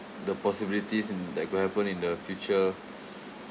the possibilities in that could happen in the future